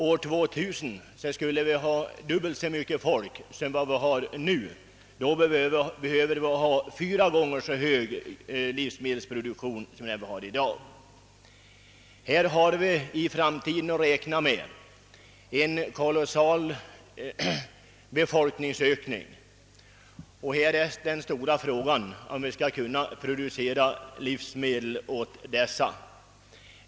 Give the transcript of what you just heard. År 2000 kommer det att finnas dubbelt så många människor på jorden som nu, vilket innebär att vi då behöver fyra gånger större livsmedelsproduktion än i dag. Här har vi att för framtiden räkna med en kolossal befolkningsökning och den stora frågan är om man skall kunna producera livsmedel för alla dessa människor.